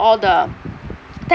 all the technology